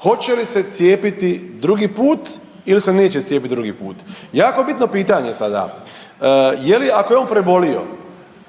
hoće li se cijepiti drugi put ili se neće cijepiti drugi put? Jako je bitno pitanje sada. Je li ako je on prebolio,